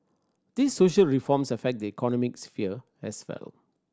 these social reforms affect the economic sphere as well